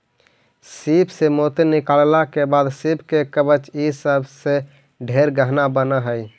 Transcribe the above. सीप से मोती निकालला के बाद सीप के कवच ई सब से ढेर गहना बन हई